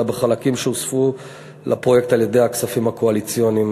אלא בחלקים שהוספו לפרויקט על-ידי הכספים הקואליציוניים,